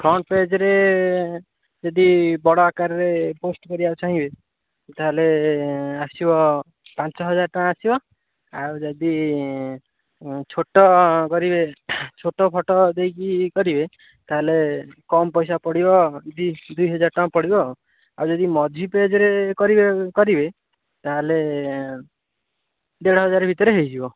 front ପେଜ୍ରେ ଯଦି ବଡ଼ ଆକାରରେ ପୋଷ୍ଟ କରିବାକୁ ଚାହିଁବେ ତାହେଲେ ଆସିବ ପାଞ୍ଚ ହଜାର ଟଙ୍କା ଆସିବ ଆଉ ଯଦି ଛୋଟ କରିବେ ଛୋଟ ଫଟୋ ଦେଇକି କରିବେ ତାହେଲେ କମ୍ ପଇସା ପଡ଼ିବ ଦୁଇ ହଜାର ଟଙ୍କା ପଡ଼ିବ ଆଉ ଯଦି ମଝି ପେଜ୍ରେ କରିବେ କରିବେ ତାହେଲେ ଦେଢ଼ ହଜାର ଭିତରେ ହୋଇଯିବ